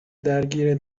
درگیر